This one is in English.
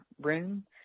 room